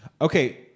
Okay